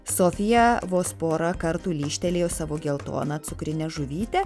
sofija vos porą kartų lyžtelėjo savo geltoną cukrinę žuvytę